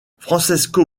francesco